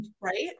Right